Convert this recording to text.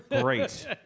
Great